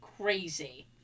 crazy